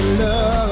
love